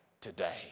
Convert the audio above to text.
today